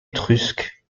étrusque